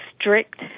strict